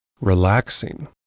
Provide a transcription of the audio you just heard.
relaxing